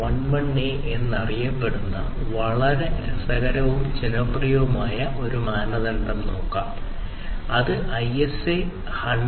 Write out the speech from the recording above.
11a എന്നറിയപ്പെടുന്ന വളരെ രസകരവും ജനപ്രിയവുമായ മറ്റൊരു മാനദണ്ഡം നോക്കാം അത് ISA 100